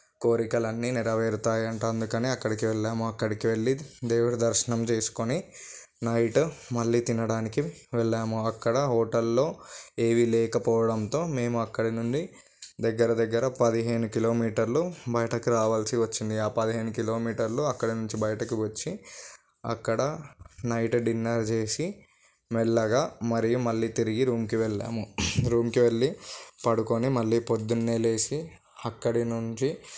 కోరికలన్నీ నెరవేరుతాయి అంట అందుకే అక్కడికి వెళ్ళాము అక్కడికి వెళ్ళి దేవుడి దర్శనం చేసుకుని నైట్ మళ్ళీ తినడానికి వెళ్ళాము అక్కడ హోటల్లో ఏమీ లేకపోవడంతో మేము అక్కడి నుండి దగ్గర దగ్గర పదిహేను కిలోమీటర్లు బయటకు రావాల్సి వచ్చింది ఆ పదిహేను అక్కడ నుంచి బయటకు వచ్చి అక్కడ నైట్ డిన్నర్ చేసి మెల్లగా మరియు మళ్ళీ తిరిగి రూమ్కి వెళ్ళాము రూమ్కి వెళ్ళి పడుకొని మళ్ళీ పొద్దున్నే లేచి అక్కడి నుంచి